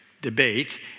debate